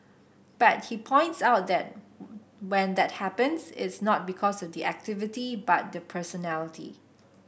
but he points out that when that happens it's not because of the activity but the personality